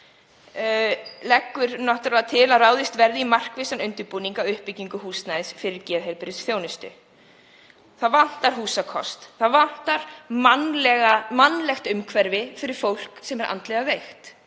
til að ráðist verði í markvissan undirbúning í uppbyggingu húsnæðis fyrir geðheilbrigðisþjónustu. Það vantar húsakost, það vantar mannlegt umhverfi fyrir fólk sem er andlega veikt